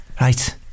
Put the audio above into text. Right